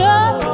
up